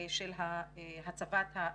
של הצבת הגדרות.